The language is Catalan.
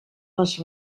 les